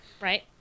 Right